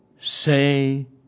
say